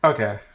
Okay